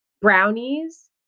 Brownies